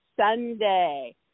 Sunday